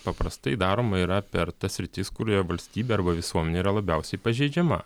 paprastai daroma yra per tas sritis kurioje valstybė arba visuomenė yra labiausiai pažeidžiama